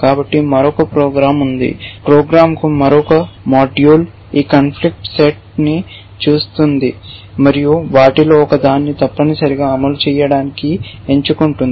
కాబట్టి మరొక ప్రోగ్రామ్ ఉంది ప్రోగ్రామ్కు మరొక మాడ్యూల్ ఈ కాన్ఫ్లిక్ట్ సెట్ని చూస్తుంది మరియు వాటిలో ఒకదాన్ని తప్పనిసరిగా అమలు చేయడానికి ఎంచుకుంటుంది